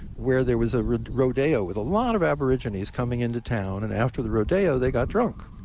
where there was a rodeo with a lot of aborigines coming into town, and after the rodeo they got drunk.